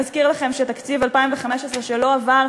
נזכיר לכם שתקציב 2015 שלא עבר,